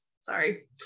sorry